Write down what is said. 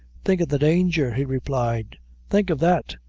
think of the danger, he replied think of that.